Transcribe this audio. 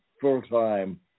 full-time